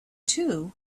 too